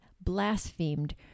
blasphemed